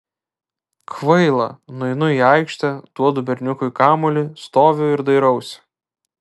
kvaila nueinu į aikštę duodu berniukui kamuolį stoviu ir dairausi